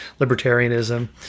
libertarianism